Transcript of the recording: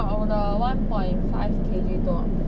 我的 one point five K_G 多